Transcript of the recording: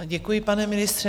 Děkuji, pane ministře.